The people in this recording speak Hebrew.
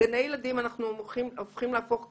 גני ילדים אנחנו הולכים להפוך לסטנדרט.